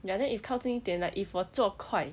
ya then if 靠近一点 like if 我做快